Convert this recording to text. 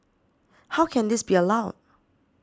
how can this be allowed